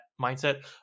mindset